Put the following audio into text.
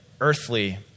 earthly